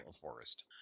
forest